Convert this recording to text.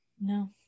no